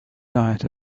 diet